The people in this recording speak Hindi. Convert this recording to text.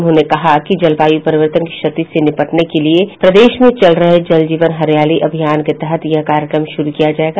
उन्होंने कहा कि जलवायु परिवर्तन की क्षति से निपटने के लिए प्रदेश में चल रहे जल जीवन हरियाली अभियान के तहत यह कार्यक्रम श्रू किया जायेगा